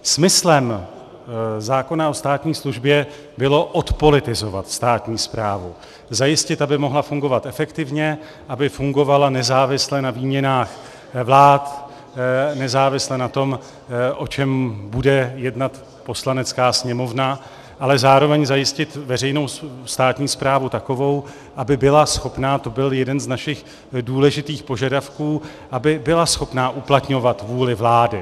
Smyslem zákona o státní službě bylo odpolitizovat státní správu, zajistit, aby mohla fungovat efektivně, aby fungovala nezávisle na výměnách vlád, nezávisle na tom, o čem bude jednat Poslanecká sněmovna, ale zároveň zajistit veřejnou státní správu takovou, aby byla schopna, a to byl jeden z našich důležitých požadavků, uplatňovat vůli vlády.